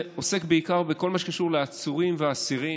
עוסק בעיקר בכל מה שקשור לעצורים ואסירים.